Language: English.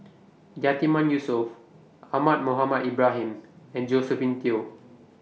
Yatiman Yusof Ahmad Mohamed Ibrahim and Josephine Teo